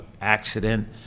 accident